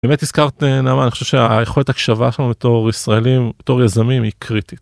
באמת הזכרת למה אני חושב שהיכולת הקשבה שלנו בתור ישראלים, בתור יזמים היא קריטית.